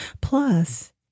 Plus